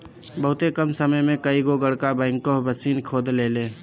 बहुते कम समय में कई गो गड़हा बैकहो माशीन खोद देले